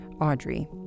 Audrey